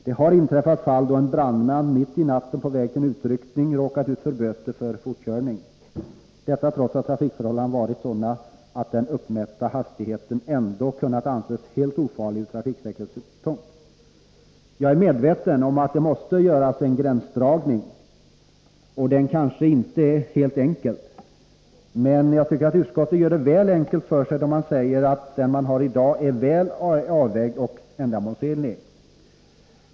Det har inträffat fall då en brandman mitt i natten på väg till en utryckning råkat ut för böter för fortkörning, detta trots att trafikförhållandena varit sådana att den uppmätta hastigheten kunnat anses helt ofarlig ur trafiksäkerhetssynpunkt. Jag är medveten om att det måste göras en gränsdragning, och den är kanske inte helt enkel. Men jag tycker att utskottet gör det alltför enkelt för sig då utskottet säger att den gränsdragning som finns i dag är väl avvägd och ändamålsenlig.